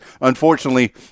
unfortunately